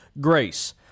grace